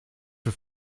für